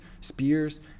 spears